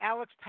Alex